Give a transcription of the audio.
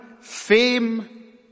fame